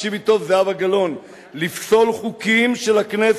תקשיבי טוב, זהבה גלאון, "לפסול חוקים של הכנסת.